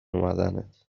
اومدنت